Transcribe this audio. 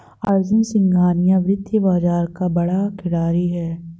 अर्जुन सिंघानिया वित्तीय बाजार का बड़ा खिलाड़ी है